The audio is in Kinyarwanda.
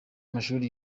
amashuri